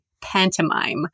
pantomime